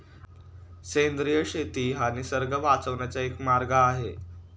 सेंद्रिय शेती हा निसर्ग वाचवण्याचा एक मार्ग आहे